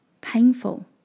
painful